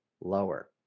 lower